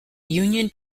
union